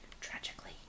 tragically